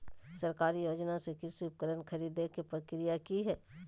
सरकारी योगदान से कृषि उपकरण खरीदे के प्रक्रिया की हय?